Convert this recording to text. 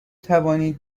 توانید